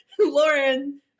Lauren